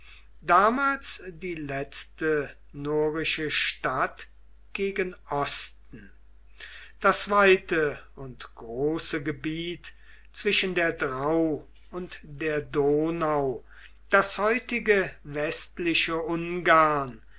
damals die letzte norische stadt gegen osten das weite und große gebiet zwischen der drau und der donau das heutige westliche ungarn